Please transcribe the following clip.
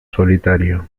solitario